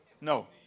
no